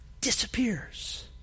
disappears